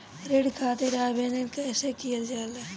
ऋण खातिर आवेदन कैसे कयील जाला?